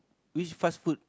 which fast food